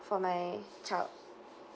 for my child